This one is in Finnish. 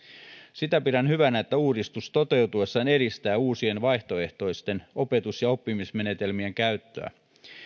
sitä pidän hyvänä että uudistus toteutuessaan edistää uusien vaihtoehtoisten opetus ja oppimismenetelmien käyttöä